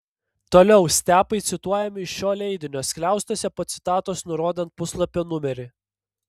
toliau stepai cituojami iš šio leidinio skliaustuose po citatos nurodant puslapio numerį